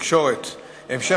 התכנון והבנייה (תיקון מס'